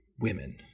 women